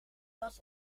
was